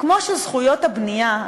כמו שזכויות הבנייה,